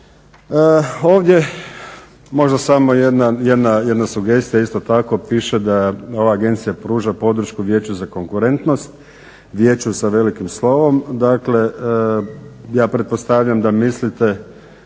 Ovdje možda samo jedna sugestija isto tako piše da ova agencija pruža podršku Vijeću za konkurentnost vijeću sa velikim slovom. Ja pretpostavljam da mislite